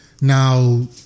Now